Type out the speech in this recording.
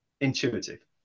intuitive